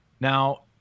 Now